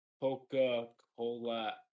coca-cola